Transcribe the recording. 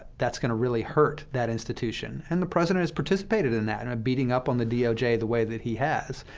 that's going to really hurt that institution. and the president has participated in that, and um beating up on the doj the way that he has.